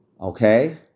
Okay